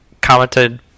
commented